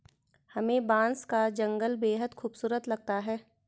हरे बांस का जंगल बेहद खूबसूरत लगता है